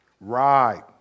Right